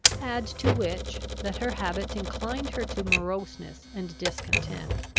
add to which, that her habits inclined her to moroseness and discontent,